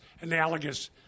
analogous